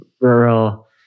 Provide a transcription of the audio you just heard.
rural